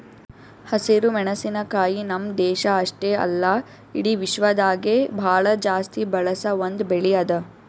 ಹಸಿರು ಮೆಣಸಿನಕಾಯಿ ನಮ್ಮ್ ದೇಶ ಅಷ್ಟೆ ಅಲ್ಲಾ ಇಡಿ ವಿಶ್ವದಾಗೆ ಭಾಳ ಜಾಸ್ತಿ ಬಳಸ ಒಂದ್ ಬೆಳಿ ಅದಾ